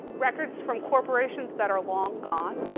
records from corporations that are long gone,